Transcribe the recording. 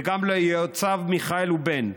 וגם ליועציו מיכאל ובן,